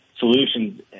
Solutions